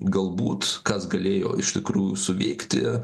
galbūt kas galėjo iš tikrųjų suveikti